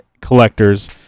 collectors